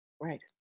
Right